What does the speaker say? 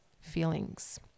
feelings